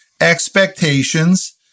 expectations